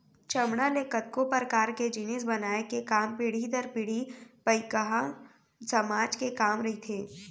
चमड़ा ले कतको परकार के जिनिस बनाए के काम पीढ़ी दर पीढ़ी पईकहा समाज के काम रहिथे